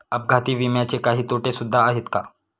अपघाती विम्याचे काही तोटे सुद्धा आहेत का?